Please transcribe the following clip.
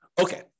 Okay